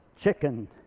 chicken